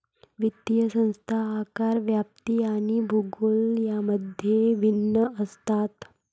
वित्तीय संस्था आकार, व्याप्ती आणि भूगोल यांमध्ये भिन्न असतात